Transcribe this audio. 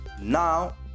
now